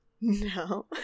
No